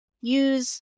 use